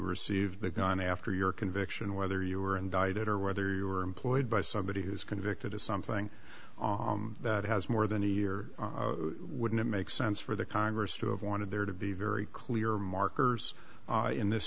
received the gun after your conviction whether you were indicted or whether you were employed by somebody who's convicted of something that has more than a year wouldn't make sense for the congress to have wanted there to be very clear markers in this